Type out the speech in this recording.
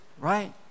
right